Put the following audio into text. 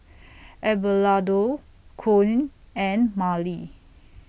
Abelardo Koen and Marely